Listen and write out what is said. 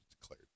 declared